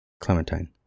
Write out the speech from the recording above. Clementine